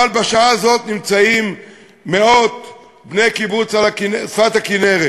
אבל בשעה הזאת נמצאים מאות בני קיבוץ על שפת הכינרת